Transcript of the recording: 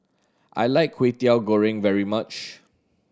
I like Kwetiau Goreng very much